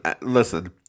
listen